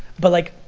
but like,